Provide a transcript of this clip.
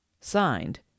Signed